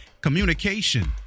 communication